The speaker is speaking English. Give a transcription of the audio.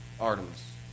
Artemis